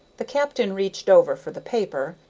the captain reached over for the paper,